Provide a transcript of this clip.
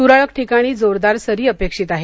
तुरळक ठिकाणी जोरदार सरी अपेक्षित आहेत